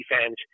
defense